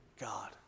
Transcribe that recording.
God